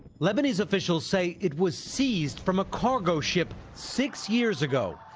lebanese officials say it was seized from a cargo ship six years ago.